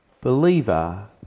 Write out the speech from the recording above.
believer